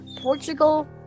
Portugal